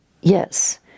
yes